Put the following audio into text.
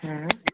हूँ